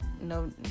no